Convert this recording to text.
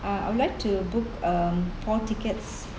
uh I would like to book um four tickets